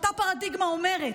אותה פרדיגמה שאומרת: